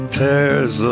tears